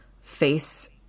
face